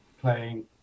playing